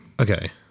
Okay